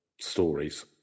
stories